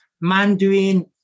Mandarin